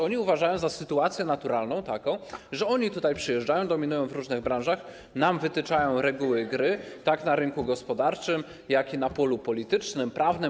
Oni uważają za naturalną taką sytuację, że oni tutaj przyjeżdżają, dominują w różnych branżach, nam wytyczają reguły gry, tak na rynku gospodarczym, jak i na polu politycznym, prawnym.